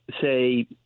say